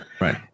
Right